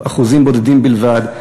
אחוזים בודדים בלבד.